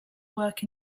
work